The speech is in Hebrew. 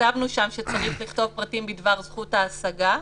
כתבנו שם שצריך לכתוב פרטים בדבר זכות ההשגה.